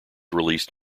released